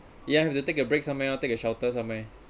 you have to take a break somewhere or take a shelter somewhere